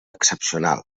excepcional